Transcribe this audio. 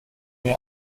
لقمه